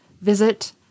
visit